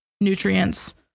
nutrients